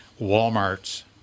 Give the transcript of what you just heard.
Walmart's